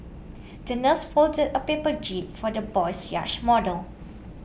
the nurse folded a paper jib for the boy's yacht model